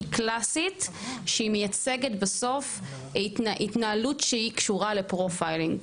שהיא קלאסית שהיא מייצגת בסוף התנהלות שהיא קשורה ל"פרופיילינג".